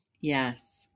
Yes